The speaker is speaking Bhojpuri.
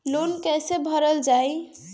लोन कैसे भरल जाइ?